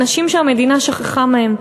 אנשים שהמדינה שכחה מהם.